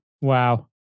Wow